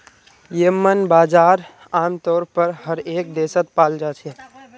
येम्मन बजार आमतौर पर हर एक देशत पाल जा छे